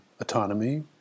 autonomy